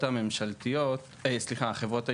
החברות העירוניות,